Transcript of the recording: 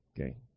Okay